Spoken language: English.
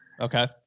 Okay